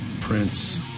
Prince